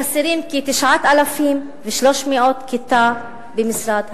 חסרות כ-9,300 כיתות במשרד החינוך.